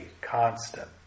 constant